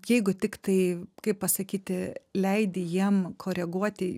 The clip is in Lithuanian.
jeigu tiktai kaip pasakyti leidi jiem koreguoti